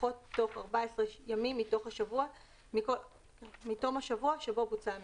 לפחות תוך 14 ימים מתום השבוע שבו בוצעה המנוחה."